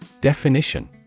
Definition